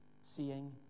seeing